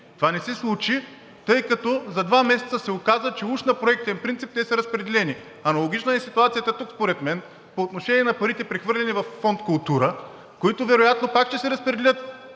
Това не се случи, тъй като за два месеца се оказа, че уж на проектен принцип те са разпределени. Аналогична е ситуацията и тук според мен по отношение на парите, прехвърлени във фонд „Култура“, които вероятно пак ще се разпределят